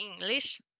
English